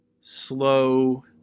slow